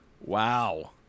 Wow